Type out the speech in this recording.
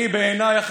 בעיניי,